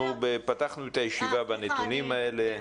אנחנו פתחנו את הישיבה בנתונים האלה.